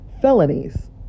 felonies